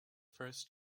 first